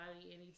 anytime